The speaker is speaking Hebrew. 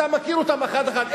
אתה מכיר אותם אחד-אחד,